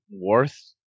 worth